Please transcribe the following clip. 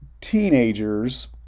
teenagers